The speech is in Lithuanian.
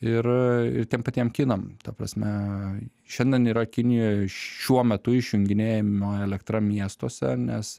ir ir tiem patiem kinam ta prasme šiandien yra kinijoje šiuo metu išjunginėjama elektrą miestuose nes